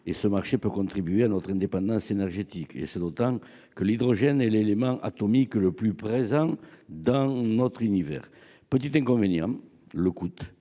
Ce marché peut contribuer à notre indépendance énergétique, et ce d'autant que l'hydrogène est l'élément atomique le plus présent dans notre univers. Petit inconvénient : le coût